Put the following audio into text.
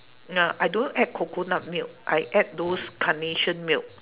nah I don't add coconut milk I add those carnation milk